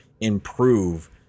improve